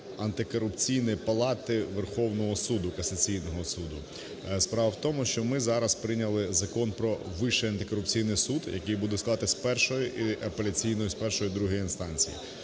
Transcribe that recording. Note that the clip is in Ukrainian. Антикорупційної палати Верховного Суду, касаційного суду. Справа в тому, що ми зараз прийняли Закон "Про Вищий антикорупційний суд", який буде складатись з першої і… апеляційної, з першої і другої інстанції.